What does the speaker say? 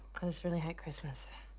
i just really hate christmas.